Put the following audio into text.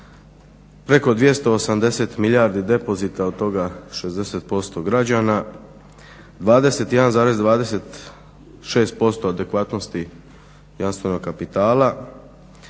preko 280 milijardi depozita od toga 60% građana, 21,26% adekvatnosti kapitala,